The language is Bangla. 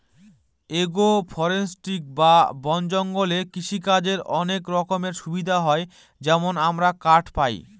এগ্রো ফরেষ্ট্রী বা বন জঙ্গলে কৃষিকাজের অনেক রকমের সুবিধা হয় যেমন আমরা কাঠ পায়